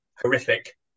Horrific